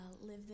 live